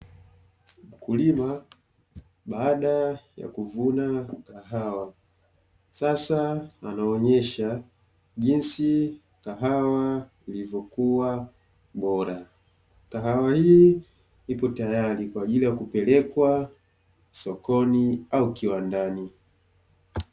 Mkulima baada ya kuvuna kahawa sasa anaonyesha jinsi kahawa ilivokua bora. Kahawa hii ipo tayari kwa ajili ya kupelekwa sokoni au kiwandani.